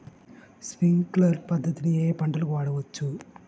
Sprinkler పద్ధతిని ఏ ఏ పంటలకు వాడవచ్చు?